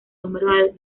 número